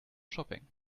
shopping